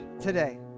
today